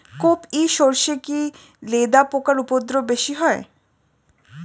কোপ ই সরষে কি লেদা পোকার উপদ্রব বেশি হয়?